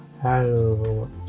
Hello